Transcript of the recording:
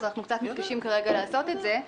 אנחנו קצת מתקשים כרגע לעשות את זה.